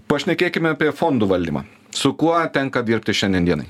pašnekėkime apie fondų valdymą su kuo tenka dirbti šiandien dienai